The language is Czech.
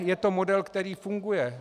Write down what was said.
Je to model, který funguje.